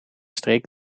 streek